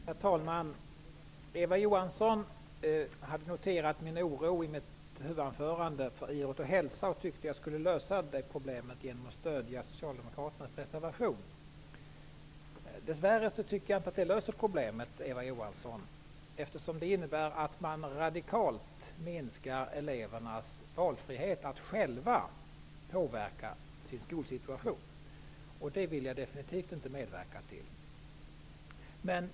Herr talman! Eva Johansson noterade att jag i mitt huvudanförande uttryckte min oro när det gäller ämnet idrott och hälsa. Hon tyckte att mitt problem skulle kunna lösas genom att jag skulle stödja Dess värre löser inte det problemet, Eva Johansson. Reservationen innebär en radikal minskning av elevernas frihet att själva påverka skolsituationen. Det vill jag definitivt inte medverka till.